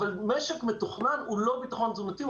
אבל משק מתוכנן הוא לא ביטחון תזונתי.